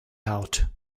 out